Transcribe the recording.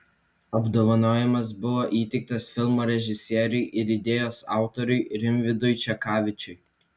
apdovanojimas buvo įteiktas filmo režisieriui ir idėjos autoriui rimvydui čekavičiui